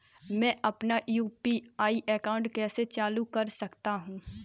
मैं अपना UPI account कैसे चालू कर सकता हूँ?